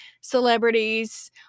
celebrities